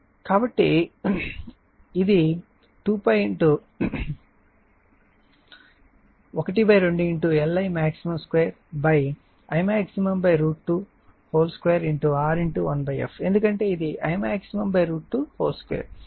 Sకాబట్టి ఈ సందర్భంలో ఇది 2𝛑12LImax22R1f ఎందుకంటే ఇది 2 మొత్తం కు వర్గం